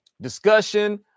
Discussion